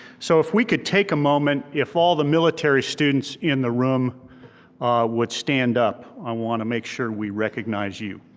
so if we could take a moment, if all the military students in the room would stand up, i wanna make sure we recognize you.